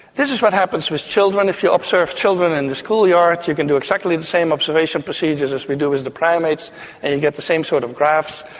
this is what happens with children. if you observe children in the school yard you can do exactly the same observation procedures as we do with the primates and you get the same sort of graphs.